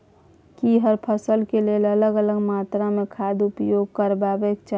की हर फसल के लेल अलग अलग मात्रा मे खाद उपयोग करबाक चाही की?